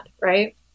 Right